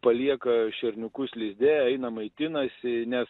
palieka šerniukus lizde eina maitinasi nes